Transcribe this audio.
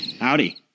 Howdy